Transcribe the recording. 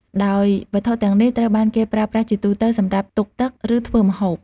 ដោយវត្ថុទាំងនេះត្រូវបានគេប្រើប្រាស់ជាទូទៅសម្រាប់ទុកទឹក ឬធ្វើម្ហូប។